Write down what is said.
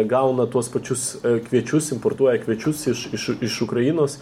gauna tuos pačius kviečius importuoja kviečius iš iš iš ukrainos